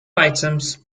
items